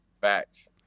Facts